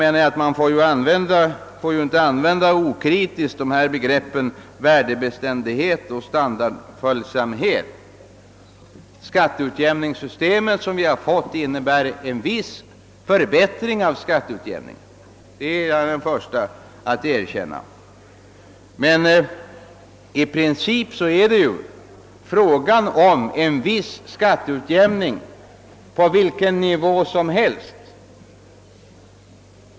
Man får alltså inte okritiskt använda begreppen värdebeständighet och standardföljsamhet. Det skatteutjämningssystem som vi har fått innebär en viss förbättring av skatteutjämningen — det är jag den förste att erkänna — men i princip är det ju fråga om en viss skatteutjämning på vilken nivå som helst.